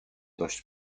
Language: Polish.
dość